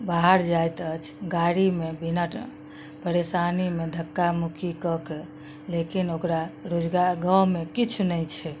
बाहर जाइत अछि गाड़ीमे बिना परेशानीमे धक्का मुक्की कऽके लेकिन ओकरा रोजगार गाँवमे किछु नहि छै